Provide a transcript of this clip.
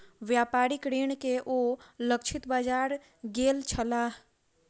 व्यापारिक ऋण के ओ लक्षित बाजार गेल छलाह